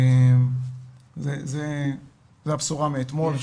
זו הבשורה מאתמול.